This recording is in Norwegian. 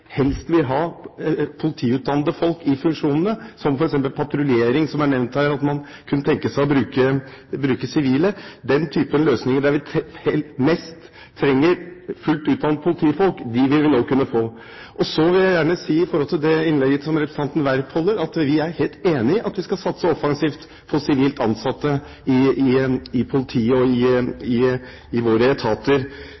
helst vil ha politiutdannede folk i funksjonene, som f.eks. patruljering, der man som nevnt her kunne tenke seg å bruke sivile. Den typen løsninger der vi mest trenger fullt utdannede politifolk, vil vi nå kunne få. Og så vil jeg gjerne si til det innlegget som representanten Werp holdt, at vi er helt enig i at vi skal satse offensivt på sivilt ansatte i politiet og i